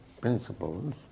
principles